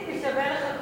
לטיבי שווה לחכות.